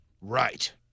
Right